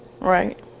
Right